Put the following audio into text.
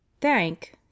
Thank